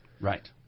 Right